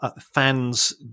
fans